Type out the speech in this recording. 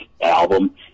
album